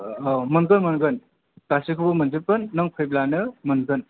औ मोनगोन मोनगोन गासिखौबो मोनजोबगोन नों फैब्लानो मोनगोन